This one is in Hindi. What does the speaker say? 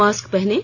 मास्क पहनें